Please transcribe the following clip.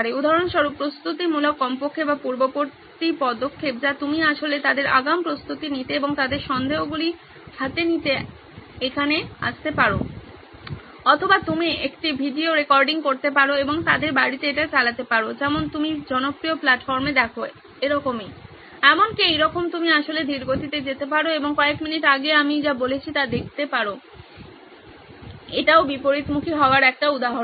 উদাহরণস্বরূপ প্রস্তুতিমূলক কমপক্ষে বা পূর্ববর্তী পদক্ষেপ যা আপনি আসলে তাদের আগাম প্রস্তুতি নিতে এবং তাদের সন্দেহগুলি হাতে নিতে এখানে আসতে পারেন অথবা আপনি একটি ভিডিও রেকর্ডিং করতে পারেন এবং তাদের বাড়িতে এটি চালাতে পারেন যেমন আপনি জনপ্রিয় প্ল্যাটফর্মে দেখেন এমনকি এইরকম আপনি আসলে ধীর গতিতে যেতে পারেন এবং কয়েক মিনিট আগে আমি যা বলেছি তা দেখতে পারেন এটিও বিপরীতমুখী হওয়ার একটি উদাহরণ